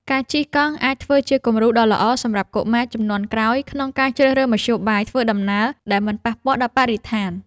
ការជិះកង់អាចធ្វើជាគំរូដ៏ល្អសម្រាប់កុមារជំនាន់ក្រោយ ក្នុងការជ្រើសរើសមធ្យោបាយធ្វើដំណើរដែលមិនប៉ះពាល់ដល់បរិស្ថាន។